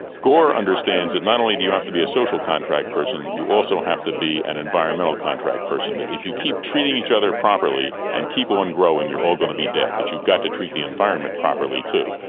gore understands that not only do you have to do be a social contract person you also have to be an environmental contract person. that if you keep treating each other properly and keep on growing, you are all going to be dead, that you've got to treat the environment properly too.